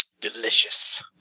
Delicious